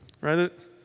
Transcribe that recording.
Right